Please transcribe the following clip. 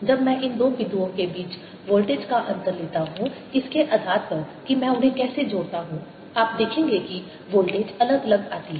जब मैं इन दो बिंदुओं के बीच वोल्टेज का अंतर लेता हूं इसके आधार पर कि मैं उन्हें कैसे जोड़ता हूं आप देखेंगे कि वोल्टेज अलग अलग आती है